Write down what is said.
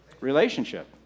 relationship